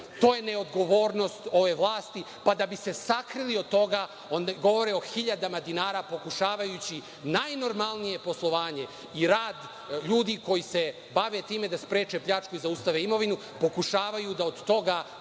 To je neodgovornost ove vlasti, pa da bi se sakrili od toga govore o hiljadama dinara pokušavajući najnormalnije poslovanje i rad ljudi koji se bave time da spreče pljačku, zaustave imovinu, pokušavaju da od toga